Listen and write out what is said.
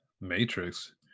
Matrix